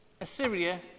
Assyria